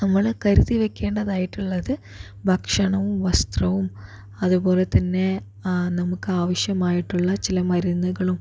നമ്മള് കരുതി വെക്കേണ്ടതായിട്ടുള്ളത് ഭക്ഷണവും വസ്ത്രവും അതുപോലെ തന്നെ നമുക്ക് ആവശ്യമായിട്ടുള്ള ചില മരുന്നുകളും